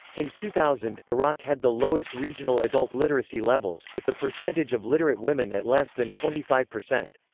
in two thousand, iraq had the lowest regional adult literacy levels, with the percentage of literate women at less than twenty five percent.